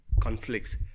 conflicts